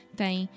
tem